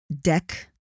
deck